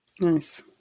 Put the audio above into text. Nice